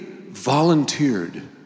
volunteered